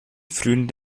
frühen